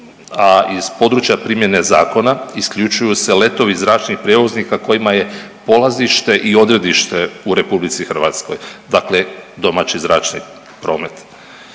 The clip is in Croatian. a iz područja primjene zakona isključuju se letovi zračnih prijevoznika kojima je polazište i odredište u RH, dakle domaći zračni promet